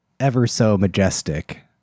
ever-so-majestic